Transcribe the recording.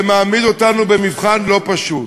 זה מעמיד אותנו במבחן לא פשוט.